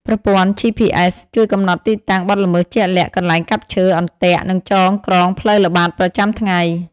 ប្រព័ន្ធ GPS ជួយកំណត់ទីតាំងបទល្មើសជាក់លាក់ កន្លែងកាប់ឈើ អន្ទាក់ និងចងក្រងផ្លូវល្បាតប្រចាំថ្ងៃ។